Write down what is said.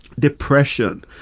Depression